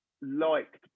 liked